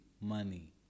money